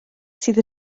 sydd